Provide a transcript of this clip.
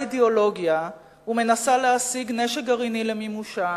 אידיאולוגיה ומנסה להשיג נשק גרעיני למימושה,